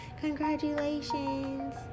Congratulations